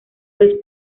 los